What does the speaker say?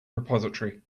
repository